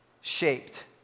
shaped